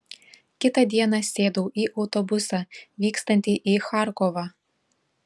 kitą dieną sėdau į autobusą vykstantį į charkovą